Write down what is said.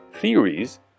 theories